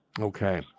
Okay